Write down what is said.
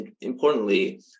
importantly